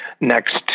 next